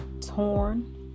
torn